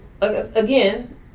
again